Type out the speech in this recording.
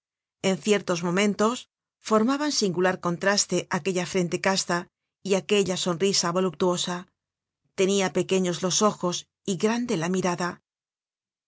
en ciertos momentos formaban singular content from google book search generated at contraste aquella frente casta y aquella sonrisa voluptuosa tenia pequeños los ojos y grande la mirada